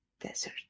desert